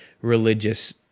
religious